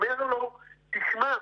אומר לו: תשמע,